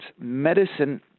medicine